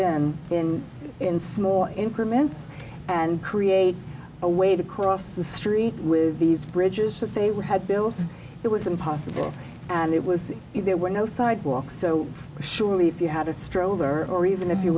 in in in small increments and create a way to cross the street with these bridges that they were had built it was impossible and it was there were no sidewalks so surely if you had a stroller or even if you